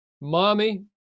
Mommy